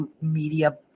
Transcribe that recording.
media